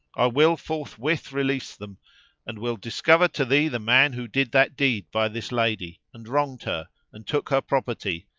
i will forthwith release them and will discover to thee the man who did that deed by this lady and wronged her and took her property,